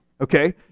Okay